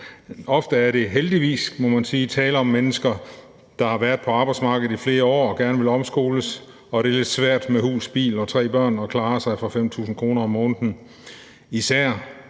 Ofte er der, heldigvis må man sige, tale om mennesker, der har været på arbejdsmarkedet i flere år og gerne vil omskoles, og det er lidt svært med hus, bil og tre børn at klare sig for 5.000 kr. om måneden, især